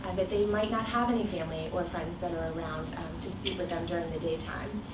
that they might not have any family or friends that are around to speak with them during the daytime.